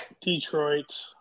Detroit